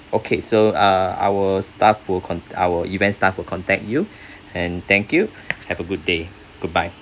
okay so uh our staff will cont~ our event staff will contact you and thank you have a good day goodbye